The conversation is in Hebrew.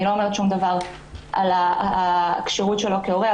אני לא אומרת שום דבר על הכשירות שלו כהורה,